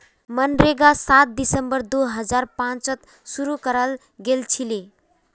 मनरेगा सात दिसंबर दो हजार पांचत शूरू कराल गेलछिले